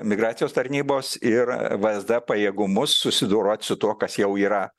migracijos tarnybos ir vsd pajėgumus susidorot su tuo kas jau yra